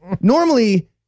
normally